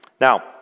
Now